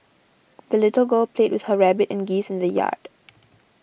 the little girl played with her rabbit and geese in the yard